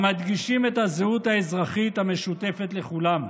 המדגישים את הזהות האזרחית המשותפת לכולם.